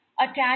attach